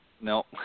No